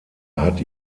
hat